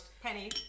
Penny